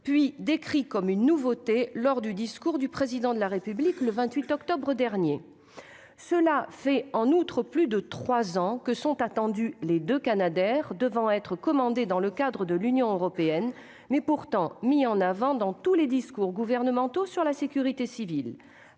puis décrit comme une nouveauté lors du discours du Président de la République le 28 octobre dernier. Cela fait en outre plus de trois ans que sont attendus les deux canadairs devant être commandés dans le cadre de l'Union européenne et pourtant mis en avant dans tous les discours gouvernementaux sur la sécurité civile.